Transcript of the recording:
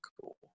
Cool